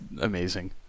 amazing